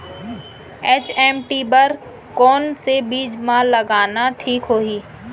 HMT बर कौन से बीज मा लगाना ठीक होही?